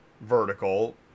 vertical